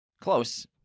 Close